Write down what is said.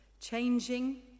changing